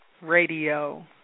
Radio